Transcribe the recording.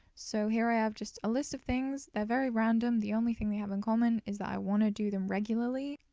so here i have just a list of things they're very random. the only thing they have in common is that i want to do them regularly.